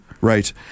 Right